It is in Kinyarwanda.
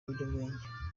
ibiyobyabwenge